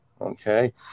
okay